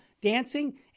dancing